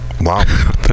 Wow